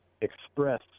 express